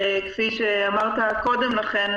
כפי שאמרת קודם לכן,